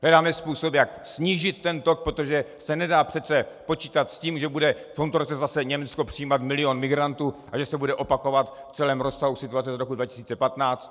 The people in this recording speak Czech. Hledáme způsob, jak snížit ten tok, protože se nedá přece počítat s tím, že bude v tomto roce zase Německo přijímat milion migrantů a že se bude opakovat v celém rozsahu situace z roku 2015.